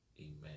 amen